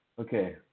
okay